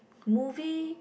movie